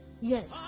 Yes